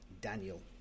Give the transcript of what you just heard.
Daniel